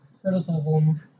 criticism